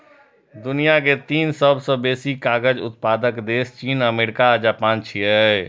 दुनिया के तीन सबसं बेसी कागज उत्पादक देश चीन, अमेरिका आ जापान छियै